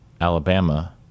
Alabama